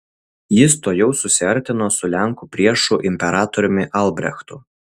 jis tuojau susiartino su lenkų priešu imperatoriumi albrechtu